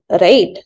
right